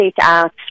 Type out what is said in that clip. out